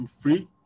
free